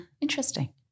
Interesting